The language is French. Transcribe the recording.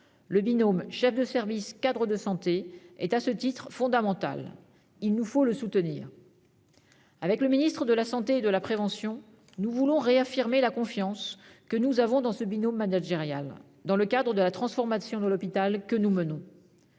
Le binôme chef de service-cadre de santé est à ce titre fondamental. Il nous faut le soutenir. Avec le ministre de la santé et de la prévention, nous voulons réaffirmer la confiance que nous avons dans ce binôme managérial dans le cadre de la transformation de l'hôpital que nous menons.